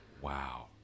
Wow